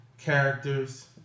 characters